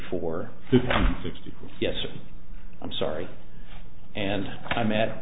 four sixty yes i'm sorry and i met